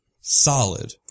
solid